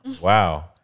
Wow